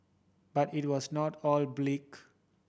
but it was not all bleak